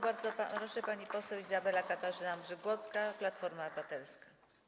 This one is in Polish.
Bardzo proszę, pani poseł Izabela Katarzyna Mrzygłocka, Platforma Obywatelska.